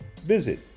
visit